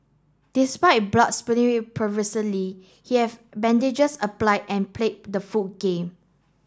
despite blood spewing profusely he have bandages apply and played the full game